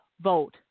vote